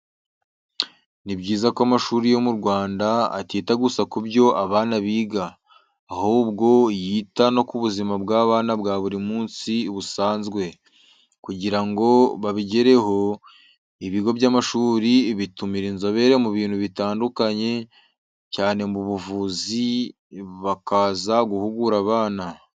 Ni byiza ko amashuri yo mu Rwanda atita gusa ku byo abana biga, ahubwo yita no ku buzima bw'abana bwa buri munsi busanzwe. Kugira ngo babigereho, ibigo by'amashuri bitumira inzobere mu bintu bitandukanye cyane mu buvuzi bakaza guhugura abana.